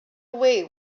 away